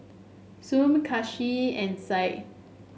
Shuib Kasih and Said